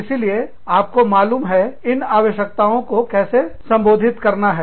इसीलिए आपको मालूम है इन आवश्यकताओं को कैसे संबोधित करना है